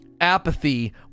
apathy